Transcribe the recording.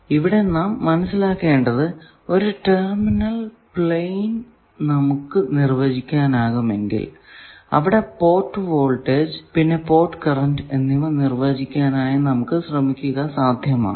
ഇവിടെ നാം മനസ്സിലാക്കേണ്ടത് ഒരു ടെർമിനൽ പ്ലെയിൻ നമുക്ക് നിർവചിക്കാനാകുമെങ്കിൽ അവിടെ പോർട്ട് വോൾടേജ് പിന്നെ പോർട്ട് കറന്റ് എന്നിവ നിർവചിക്കാനായി നമുക്ക് സാധിക്കും